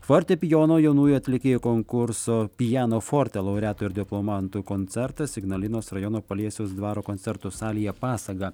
fortepijono jaunųjų atlikėjų konkurso piano forte laureatų ir diplomantų koncertas ignalinos rajono paliesios dvaro koncertų salėje pasaga